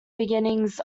beginnings